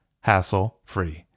hassle-free